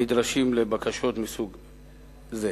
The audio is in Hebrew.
מסוג זה.